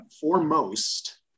foremost